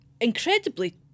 incredibly